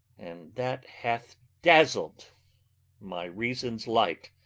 and that hath dazzled my reason's light